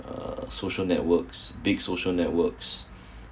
uh social networks big social networks